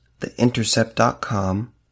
TheIntercept.com